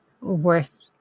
worth